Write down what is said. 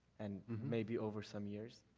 and maybe over some years?